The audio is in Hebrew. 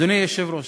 אדוני היושב-ראש,